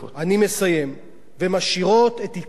ומשאירות את עיקר הרווח בכיסן.